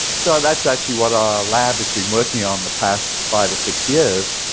so that's actually what our lab has been working on the past five or six years,